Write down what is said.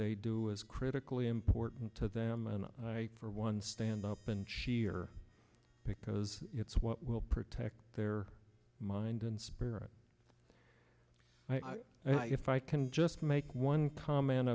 they do is critically important to them and i for one stand up and she here because it's what will protect their mind and spirit and if i can just make one comment